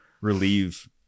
relieve –